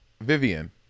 Vivian